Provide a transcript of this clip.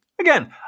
Again